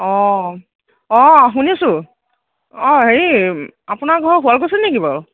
অঁ অঁ শুনিছো অঁ হেৰি আপোনাৰ ঘৰ শুৱালকুছিত নেকি বাৰু